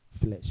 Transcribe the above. flesh